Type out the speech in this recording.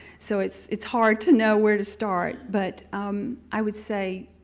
so it's it's hard to know where to start, but i would say